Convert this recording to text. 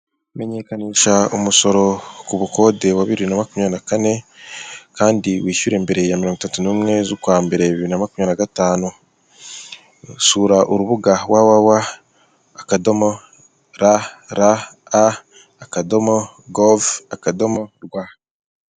Menyekanisha umusoro ku bukode wa bibiri na makumyabiri na kane kandi wishyure mbere ya mirongo itatu n'umwe z'ukwa mbere bibiri na makumyabiri na gatanu. Sura urubuga www.rra.gov.rwa.